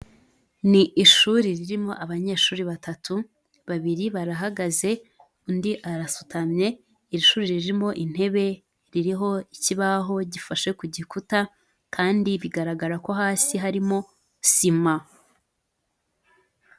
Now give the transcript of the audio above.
Ni ishuri ririmo abanyeshuri batatu, babiri barahagaze undi arasutamye, iri ishuri ririmo intebe ririho ikibaho gifashe ku gikuta kandi bigaragara ko hasi harimo sima.